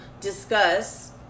discuss